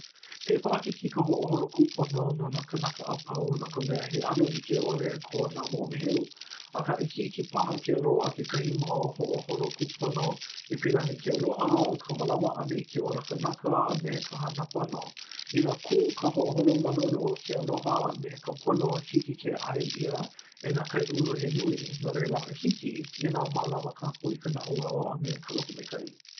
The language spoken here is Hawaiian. He paʻakikī ka hoʻoholo kūpono no nā kanaka a pau, no ka mea, he ʻano like ʻole ko nā moʻomeheu. Akā, hiki paha ke loaʻa kekahi mau hoʻoholo kūpono, e pili ana i ke aloha, ka mālama ʻana i ke ola kanaka, a me ka hana pono. Inā kū ka hoʻoholo ma luna o ke aloha a me ka pono, hiki ke ʻae ʻia e nā kaiāulu he nui. No laila, hiki, inā mālama kākou i ka naʻauao a me ka lokomaikaʻi.